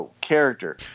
character